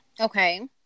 okay